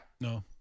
No